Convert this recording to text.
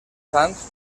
sants